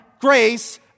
grace